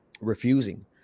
refusing